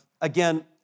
Again